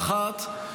האחת,